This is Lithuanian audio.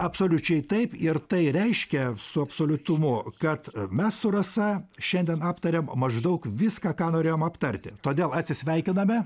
absoliučiai taip ir tai reiškia su absoliutumu kad mes su rasa šiandien aptarėm maždaug viską ką norėjom aptarti todėl atsisveikiname